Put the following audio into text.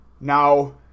now